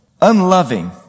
unloving